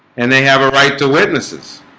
and they have a right to witnesses